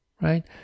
right